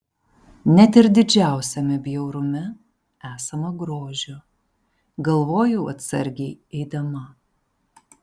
net ir didžiausiame bjaurume esama grožio galvojau atsargiai eidama